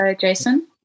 Jason